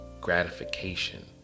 gratification